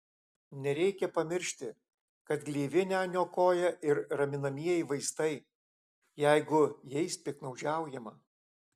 nereikia pamiršti kad gleivinę niokoja ir raminamieji vaistai jeigu jais piktnaudžiaujama